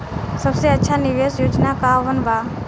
सबसे अच्छा निवेस योजना कोवन बा?